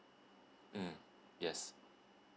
mm yes